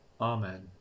amen